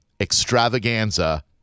extravaganza